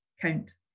count